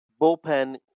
bullpen